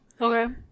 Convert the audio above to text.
Okay